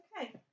Okay